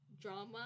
drama